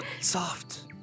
soft